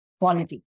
quality